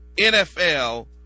NFL